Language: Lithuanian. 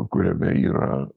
kuriame yra